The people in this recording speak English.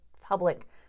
public